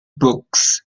books